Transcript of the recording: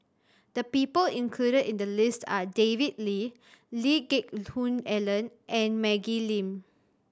the people included in the list are David Lee Lee Geck Hoon Ellen and Maggie Lim